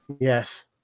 Yes